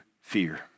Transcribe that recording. fear